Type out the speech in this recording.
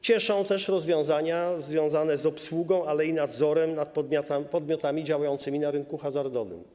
Cieszą też rozwiązania związane z obsługą, ale i z nadzorem nad podmiotami działającymi na rynku hazardowym.